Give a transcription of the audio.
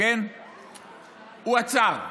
הוא עצר.